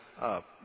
up